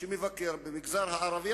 כשהוא מבקר במגזר הערבי,